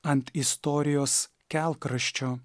ant istorijos kelkraščio